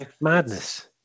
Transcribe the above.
Madness